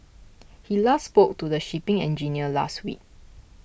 he last spoke to the shipping engineer last week